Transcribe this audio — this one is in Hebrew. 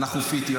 אנחנו פיטים.